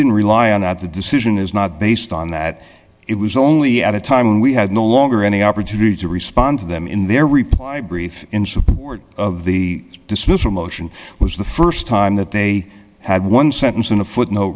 didn't rely on that the decision is not based on that it was only at a time when we had no longer any opportunity to respond to them in their reply brief in support of the dismissal motion was the st time that they had one sentence in a footnote